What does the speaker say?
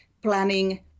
planning